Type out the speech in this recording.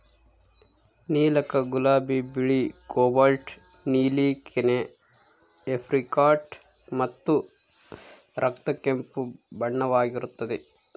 ನೀಲಕ ಗುಲಾಬಿ ಬಿಳಿ ಕೋಬಾಲ್ಟ್ ನೀಲಿ ಕೆನೆ ಏಪ್ರಿಕಾಟ್ ಮತ್ತು ರಕ್ತ ಕೆಂಪು ಬಣ್ಣವಾಗಿರುತ್ತದೆ